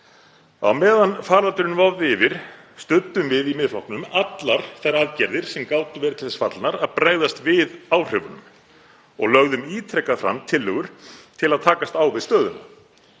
Á meðan faraldurinn vofði yfir studdum við í Miðflokknum allar þær aðgerðir sem gátu verið til þess fallnar að bregðast við áhrifunum og lögðum ítrekað fram tillögur til að takast á við stöðuna.